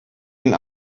den